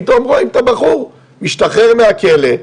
פתאום רואים את הבחור משתחרר מהכלא,